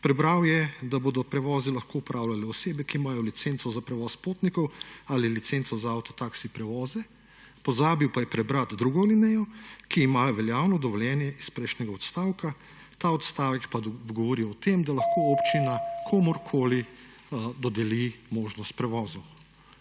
Prebral je, da bodo prevoze lahko opravljale osebe, ki imajo licenco za prevoz potnikov, ali licenco za avtotaksi prevoze, pozabil pa je prebrati drugo alinejo, ki imajo veljavno dovoljenje iz prejšnjega odstavka, ta odstavek pa govori o tem, da lahko / znak za konec razprave/ občina komurkoli dodeli možnost prevozov.